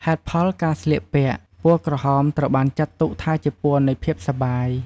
ហេតុផលការស្លៀកពាក់ ពណ៌ក្រហមត្រូវបានចាត់ទុកថាជាពណ៌នៃភាពសប្បាយ។